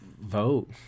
vote